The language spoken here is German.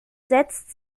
setzt